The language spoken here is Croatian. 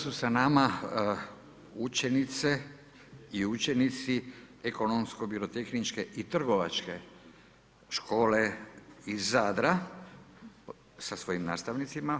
Sada su sa nama učenice i učenici Ekonomsko-birotehničke i trgovačke škole iz Zadra sa svojim nastavnicima.